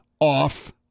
off